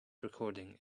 recording